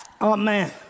amen